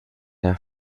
der